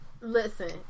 Listen